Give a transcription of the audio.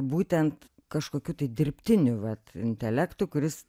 būtent kažkokiu tai dirbtiniu vat intelektu kuris